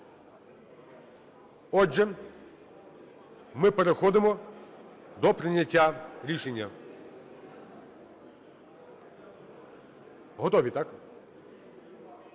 Отже, ми переходимо до прийняття рішення. Готові? Так.